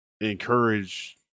encourage